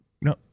No